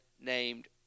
named